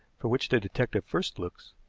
for which the detective first looks,